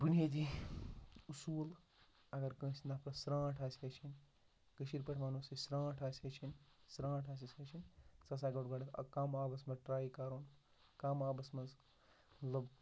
بُنیٲدی اَصوٗل اگر کٲنٛسہِ نَفرَس ژھرٛانٛٹھ آسہِ ہیٚچھِنۍ کٲشِر پٲٹھۍ وَنوس أسۍ ژھرٛانٛٹھ آسہِ ہیٚچھِنۍ ژھرٛانٛٹھ آسٮ۪س ہیٚچھِنۍ سُہ ہَسا گوٚژھ گۄڈٕنٮ۪تھ کَم آبَس منٛز ٹرٛاے کَرُن کَم آبَس منٛز مطلب